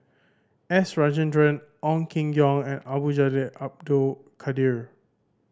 S Rajendran Ong Keng Yong and Abdul Jalil Abdul Kadir